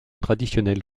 traditionnel